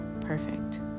perfect